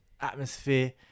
atmosphere